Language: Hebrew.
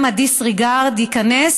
ואני מאוד מקווה שגם ה-disregard ייכנס,